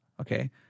Okay